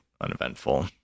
uneventful